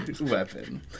weapon